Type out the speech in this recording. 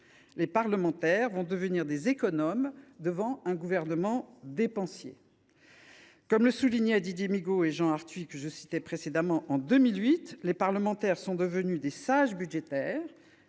Les parlementaires vont devenir des économes devant un gouvernement dépensier. » Comme le soulignaient Didier Migaud et Jean Arthuis en 2008, les parlementaires sont devenus des « sages budgétaires